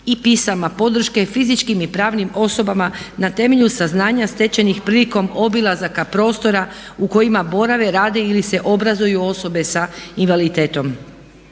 i pisama podrške fizičkim i pravnim osobama na temelju saznanja stečenih prilikom obilazaka prostora u kojima borave, rade ili se obrazuju osobe s invaliditetom.